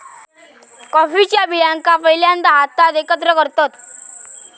कॉफीच्या बियांका पहिल्यांदा हातात एकत्र करतत